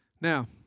Now